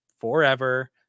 forever